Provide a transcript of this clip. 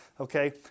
Okay